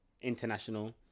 international